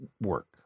work